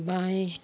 बाएँ